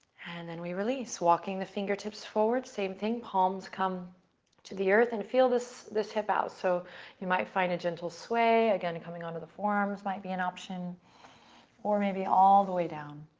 and then we release, walking the fingertips forward, same thing. palms come to the earth and feel this this hip out. so you might find a gentle sway. again, coming onto the forearms might be an option or maybe all the way down,